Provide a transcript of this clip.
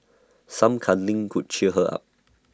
some cuddling could cheer her up